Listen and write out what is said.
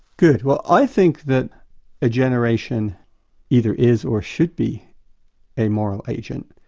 good, well i think that a generation either is or should be a moral agent.